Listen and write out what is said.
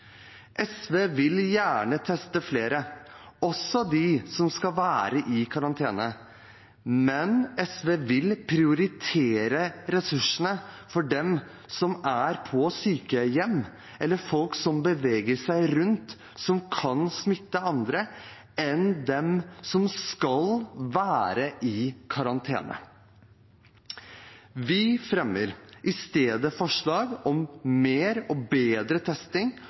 SV vil gjerne teste flere, også dem som skal være i karantene, men SV vil prioritere ressursene for dem som er på sykehjem, og for folk som beveger seg rundt og kan smitte andre, framfor dem som skal være i karantene. Vi fremmer i stedet forslag om mer og bedre testing og oppfølging av karantene. Karantene er viktigere enn testing